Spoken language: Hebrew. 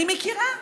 אני מכירה.